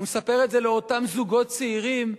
הוא מספר את זה לאותם זוגות צעירים,